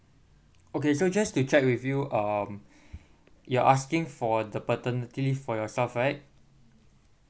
okay so just to check with you um you're asking for the paternity leave for yourself right